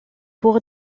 pour